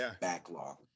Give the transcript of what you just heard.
backlog